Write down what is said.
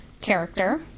character